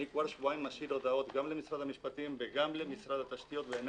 אני כבר שבועיים משאיר הודעות גם למשרד המשפטים וגם למשרד האנרגיה,